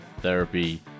therapy